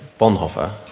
Bonhoeffer